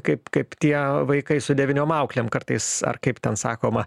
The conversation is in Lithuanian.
kaip kaip tie vaikai su devyniom auklėm kartais ar kaip ten sakoma